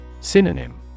Synonym